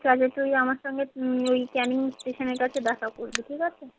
তাহলে তুই আমার সঙ্গে ওই ক্যানিং স্টেশনের কাছে দেখা করবি ঠিক আছে